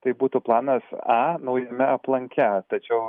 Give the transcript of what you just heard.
tai būtų planas a naujame aplanke tačiau